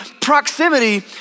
Proximity